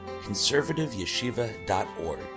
conservativeyeshiva.org